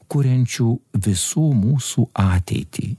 kuriančių visų mūsų ateitį